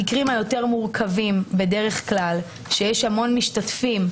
המקרים היותר מורכבים כשיש המון משתתפים,